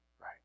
Right